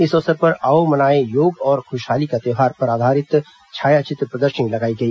इस अवसर पर आओ मनाए योग और खुशहाली का त्यौहार पर आधारित छायाचित्र प्रदर्शनी लगाई गई